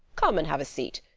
come and have a seat.